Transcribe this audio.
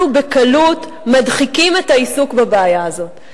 אנחנו בקלות מדחיקים את העיסוק בבעיה הזאת.